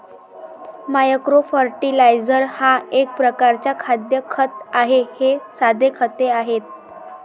micro fertiliser हा एक प्रकारचा खाद्य खत आहे हे साधे खते आहेत